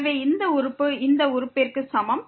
எனவே இந்த உறுப்பு இந்த உறுப்பிற்கு சமம்